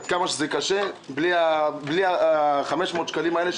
עד כמה זה קשה בלי 500 השקלים האלה,